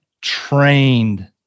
trained